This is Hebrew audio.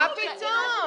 מה פתאום?